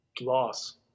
Loss